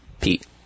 Pete